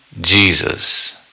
jesus